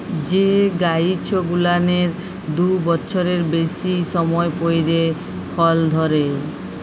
যে গাইছ গুলানের দু বচ্ছরের বেইসি সময় পইরে ফল ধইরে